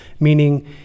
Meaning